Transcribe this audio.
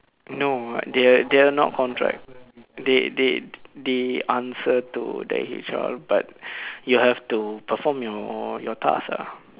no they are they are not contract they they they answer to the H_R but you have to perform your task lah